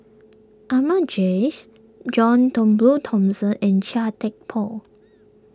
Ahmad Jais John Turnbull Thomson and Chia Thye Poh